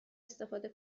استفاده